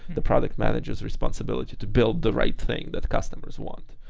the product manager s responsibility to build the right thing that customers want.